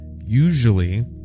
Usually